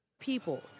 people